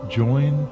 join